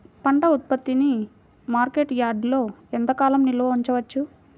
పంట ఉత్పత్తిని మార్కెట్ యార్డ్లలో ఎంతకాలం నిల్వ ఉంచవచ్చు?